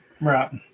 right